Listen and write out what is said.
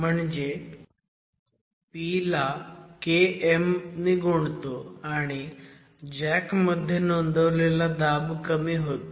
म्हणजे p ला Km नी गुणतो आणि जॅक मध्ये नोंदवलेला दाब कमी होतो